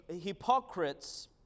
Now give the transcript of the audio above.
hypocrites